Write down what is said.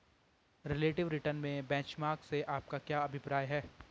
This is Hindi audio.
रिलेटिव रिटर्न में बेंचमार्क से आपका क्या अभिप्राय है?